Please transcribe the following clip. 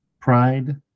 pride